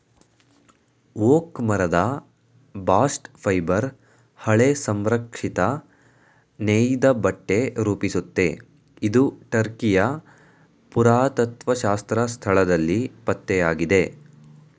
oak ಮರದ bast fibre ಹಳೆ ಸಂರಕ್ಷಿತ ನೇಯ್ದಬಟ್ಟೆ ರೂಪಿಸುತ್ತೆ ಇದು ಟರ್ಕಿಯ ಪುರಾತತ್ತ್ವಶಾಸ್ತ್ರ ಸ್ಥಳದಲ್ಲಿ ಪತ್ತೆಯಾಗಿದೆ